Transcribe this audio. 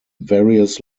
various